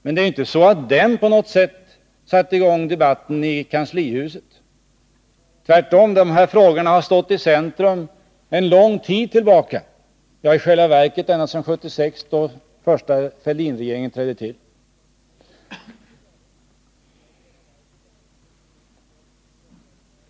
Men det är inte så att den på något sätt satt i gång debatten i kanslihuset. Dessa frågor har tvärtom stått i centrum sedan en lång tid tillbaka, i själva verket ända sedan 1976 då den första Fälldinregeringen trädde till.